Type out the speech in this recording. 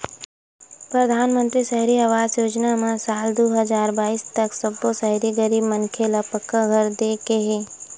परधानमंतरी सहरी आवास योजना म साल दू हजार बाइस तक सब्बो सहरी गरीब मनखे ल पक्का घर दे के हे